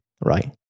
right